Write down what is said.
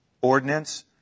ordinance